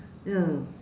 ya